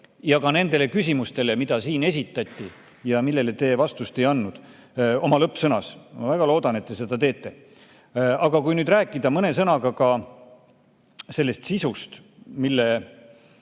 ja ka nendele küsimustele, mis siin esitati ja millele te vastust ei ole andnud. Ma väga loodan, et te seda teete. Aga kui nüüd rääkida mõne sõnaga ka sisust, mille